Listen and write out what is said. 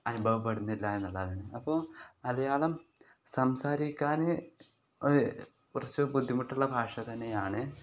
അനുഭവപ്പെടുന്നില്ല എന്നുള്ളതാണ് അപ്പോൾ മലയാളം സംസാരിക്കാൻ ന് കുറച്ച് ബുദ്ധിമുട്ടുള്ള ഭാഷ തന്നെയാണ്